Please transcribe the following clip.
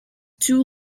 too